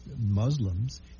Muslims